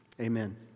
Amen